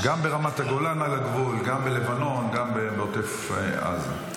גם רמת הגולן על הגבול, גם בלבנון, גם בעוטף עזה.